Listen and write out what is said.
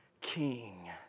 king